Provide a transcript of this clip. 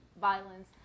violence